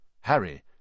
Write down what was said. Harry—